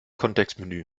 kontextmenü